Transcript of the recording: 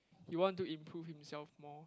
he want to improve himself more